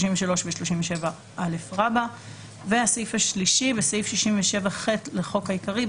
33 ו-37א"." "בסעיף 67ח לחוק העיקרי,